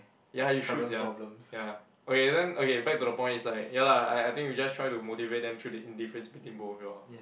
ya you should sia ya okay then okay back to the point is like ya lah I I think you just try to motivate them through the indifference between both of you all